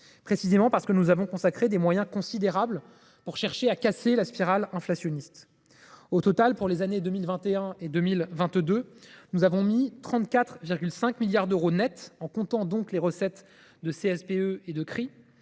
précisément parce que nous avons consacré des moyens considérables pour casser cette spirale inflationniste. Au total, pour les années 2021 et 2022, nous avons mis sur la table 34,5 milliards d’euros nets, en comptant les recettes de contribution